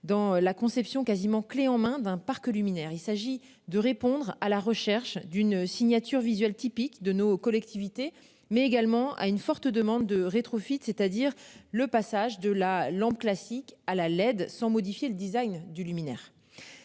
dans la conception quasiment clés en main d'un parc luminaires. Il s'agit de répondre à la recherche d'une signature visuelle typique de nos collectivités mais également à une forte demande de rétro vite, c'est-à-dire le passage de la lampe classique à la LED sans modifier le Design du luminaire.